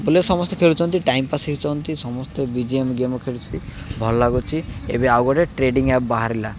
ବୋଲେ ସମସ୍ତେ ଖେଳୁଛନ୍ତି ଟାଇମ୍ ପାସ୍ ହେଉଛନ୍ତି ସମସ୍ତେ ବି ଜି ଏମ୍ ଗେମ୍ ଖେଳୁଛନ୍ତି ଭଲ ଲାଗୁି ଏବେ ଆଉ ଗୋଟେ ଟ୍ରେଡ଼ିଂ ଆପ୍ ବାହାରିଲା